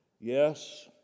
Yes